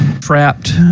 trapped